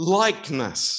likeness